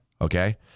Okay